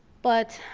but